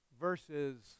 versus